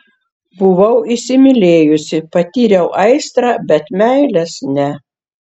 buvau įsimylėjusi patyriau aistrą bet meilės ne